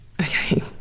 Okay